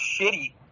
shitty